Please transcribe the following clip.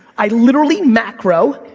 i literally macro,